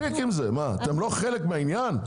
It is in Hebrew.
מהעניין?